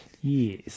Yes